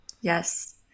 Yes